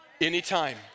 anytime